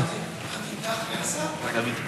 אדוני יושב-ראש הישיבה,